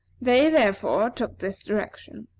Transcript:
they, therefore, took this direction.